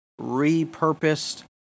repurposed